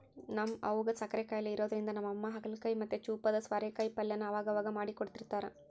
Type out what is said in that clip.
ನಮ್ ಅವ್ವುಗ್ ಸಕ್ಕರೆ ಖಾಯಿಲೆ ಇರೋದ್ರಿಂದ ನಮ್ಮಮ್ಮ ಹಾಗಲಕಾಯಿ ಮತ್ತೆ ಚೂಪಾದ ಸ್ವಾರೆಕಾಯಿ ಪಲ್ಯನ ಅವಗವಾಗ ಮಾಡ್ಕೊಡ್ತಿರ್ತಾರ